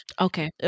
Okay